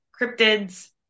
cryptids